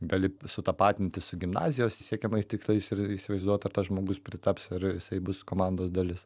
gali sutapatinti su gimnazijos siekiamais tikslais ir įsivaizduot ar tas žmogus pritaps ar jisai bus komandos dalis